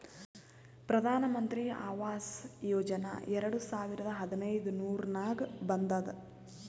ಪ್ರಧಾನ್ ಮಂತ್ರಿ ಆವಾಸ್ ಯೋಜನಾ ಎರಡು ಸಾವಿರದ ಹದಿನೈದುರ್ನಾಗ್ ಬಂದುದ್